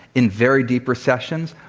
in very deep recessions.